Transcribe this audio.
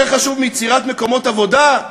יותר חשוב מיצירת מקומות עבודה?